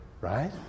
right